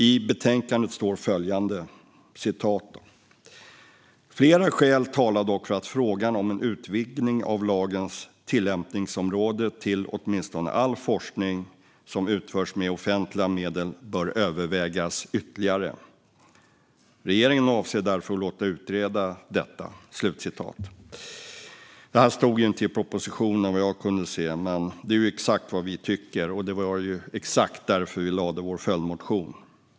I betänkandet står följande: "Flera skäl talar dock för att frågan om en utvidgning av lagens tillämpningsområde till åtminstone all forskning som utförs med offentliga medel bör övervägas ytterligare. Regeringen avser därför att låta utreda detta." Detta stod inte i propositionen, vad jag kunde se, men det är exakt vad vi tycker. Det var också exakt därför vi väckte vår följdmotion.